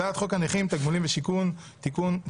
הצעת חוק הנכים (תגמולים ושיקום) (תיקון,